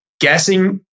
guessing